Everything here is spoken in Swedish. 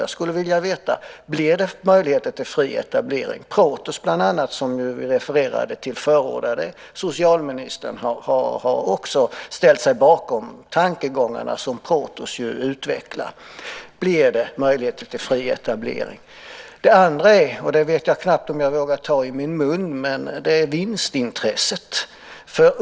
Jag skulle vilja veta om det blir möjligheter till fri etablering. Bland annat Protos, som refererades till, förordar det. Socialministern har också ställt sig bakom de tankegångar som Protos utvecklar. Blir det möjligheter till fri etablering? Det andra är - och det vet jag knappt om jag vågar ta i min mun - vinstintresset.